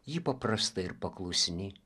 jį paprasta ir paklusni